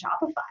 Shopify